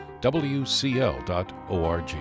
wcl.org